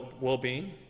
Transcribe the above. well-being